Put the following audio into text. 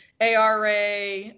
ARA